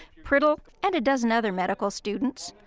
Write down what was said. priddle, and a dozen other medical students,